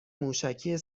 موشکی